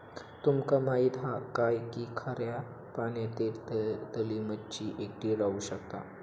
तुमका माहित हा काय की खाऱ्या पाण्यातली मच्छी एकटी राहू शकता